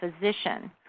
physician